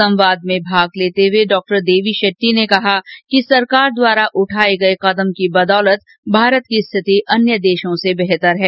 संवाद में भाग लेते हुए डॉक्टर देवी शेट्टी ने कहा कि सरकार द्वारा उठाए गए कदम की बदौलत भारत की स्थिति अन्य देशों से बेहतर है